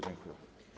Dziękuję.